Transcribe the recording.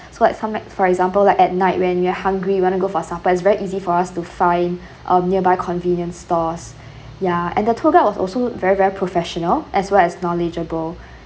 so that's um like for example like at night when we're hungry we want to go for supper it's very easy for us to find um nearby convenience stores ya and the tour guide was also very very professional as well as knowledgeable